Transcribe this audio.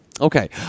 Okay